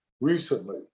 recently